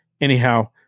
anyhow